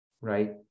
right